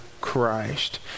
Christ